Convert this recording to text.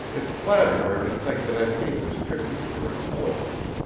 it flattered her to think that i paid this tribute to her intelligence.